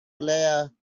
allow